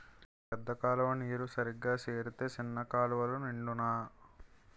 పెద్ద కాలువ నీరు సరిగా సేరితే సిన్న కాలువలు నిండునా